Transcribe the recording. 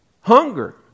Hunger